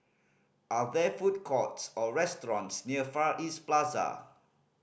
are there food courts or restaurants near Far East Plaza